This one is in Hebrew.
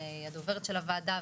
שהיא הדוברת של הוועדה,